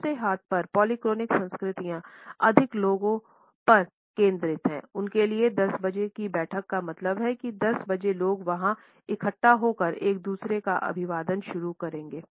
दूसरे हाथ पर पॉलीक्रोनिक संस्कृतियां अधिक लोग पर केंद्रित हैं और उनके लिए 10 बजे बैठक का मतलब है 10 बजे लोग वहां इकट्ठा होकर एक दूसरे का अभिवादन शुरू करेंगे